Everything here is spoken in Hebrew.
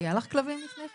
היו לך כלבים לפני כן?